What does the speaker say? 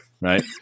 right